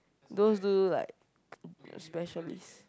those do like specialist